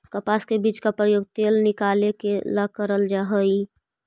कपास के बीज का प्रयोग तेल निकालने के ला करल जा हई